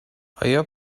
آیا